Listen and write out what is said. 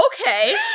Okay